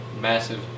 massive